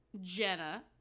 Jenna